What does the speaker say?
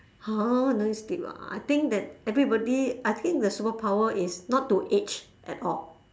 !huh! no need to skip ah I think that everybody I think the superpower is not to age at all